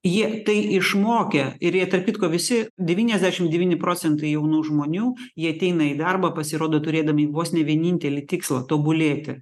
jie tai išmokę ir jie tarp kitko visi devyniasdešim devyni procentai jaunų žmonių jie ateina į darbą pasirodo turėdami vos ne vienintelį tikslą tobulėti